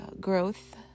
growth